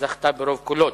זכתה ברוב קולות.